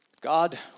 God